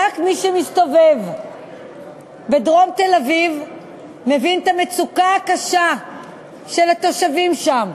רק מי שמסתובב בדרום תל-אביב מבין את המצוקה הקשה של התושבים שם,